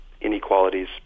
inequalities